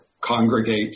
congregate